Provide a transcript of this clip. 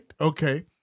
Okay